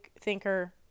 thinker